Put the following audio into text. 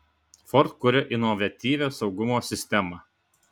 ford kuria inovatyvią saugumo sistemą